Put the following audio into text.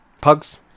Pugs